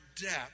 depth